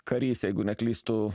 karys jeigu neklystu